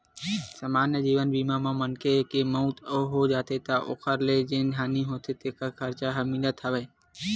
समान्य जीवन बीमा म मनखे के मउत हो जाथे त ओखर ले जेन हानि होथे तेखर खरचा ह मिलथ हव